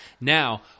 Now